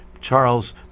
Charles